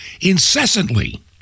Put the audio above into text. incessantly